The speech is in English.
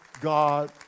God